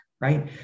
right